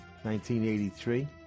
1983